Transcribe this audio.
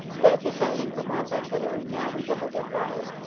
both his own and gramont's artillery now redoubled their fire,